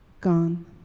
Gone